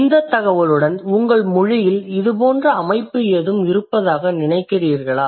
இந்த தகவலுடன் உங்கள் மொழியில் இது போன்ற எதுவும் இருப்பதாக நினைக்கிறீர்களா